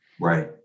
Right